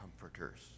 comforters